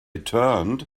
turned